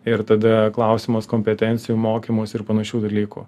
ir tada klausimas kompetencijų mokymosi ir panašių dalykų